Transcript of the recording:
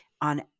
on